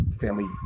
family